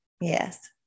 Yes